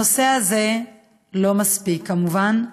הנושא הזה לא מספיק, כמובן,